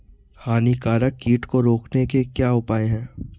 हानिकारक कीट को रोकने के क्या उपाय हैं?